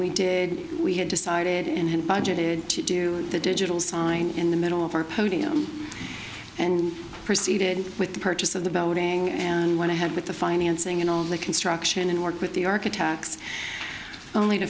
we did we had decided and budgeted to do the digital sign in the middle of our podium and proceeded with the purchase of the building and went ahead with the financing and all the construction and work with the arc attacks only to